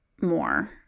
more